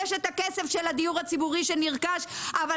יש את הכסף של הדיור הציבורי שנרכש אבל